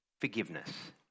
forgiveness